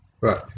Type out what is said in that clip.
Right